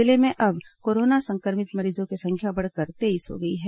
जिले में अब कोरोना संक्रमित मरीजों की संख्या बढ़कर तेईस हो गई है